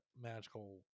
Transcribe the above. magical